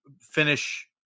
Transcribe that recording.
finish